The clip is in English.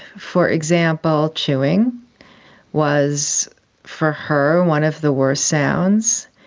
for example, chewing was for her one of the worst sounds.